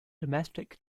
domestic